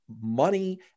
money